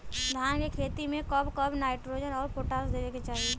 धान के खेती मे कब कब नाइट्रोजन अउर पोटाश देवे के चाही?